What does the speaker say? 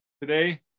today